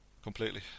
completely